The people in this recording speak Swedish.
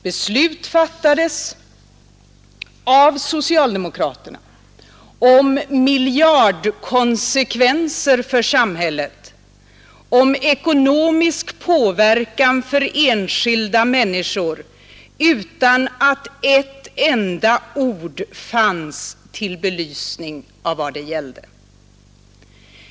Beslut fattades av socialdemokraterna om miljardkonsekvenser för samhället, om ekonomisk påverkan på enskilda människor utan att ett enda ord fanns till belysning av vad det gällde.